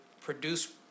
produce